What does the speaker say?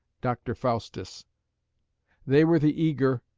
dr. faustus they were the eager,